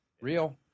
Real